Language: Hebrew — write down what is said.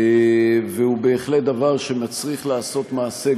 וזה בהחלט דבר שמצריך לעשות מעשה,